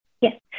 Yes